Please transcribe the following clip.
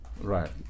Right